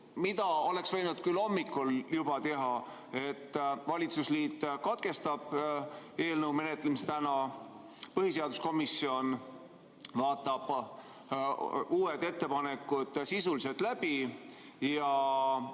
mida oleks võinud küll juba hommikul teha, et valitsusliit katkestab täna eelnõu menetlemise, põhiseaduskomisjon vaatab uued ettepanekud sisuliselt läbi, ja